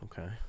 Okay